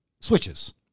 switches